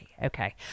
Okay